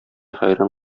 хәйран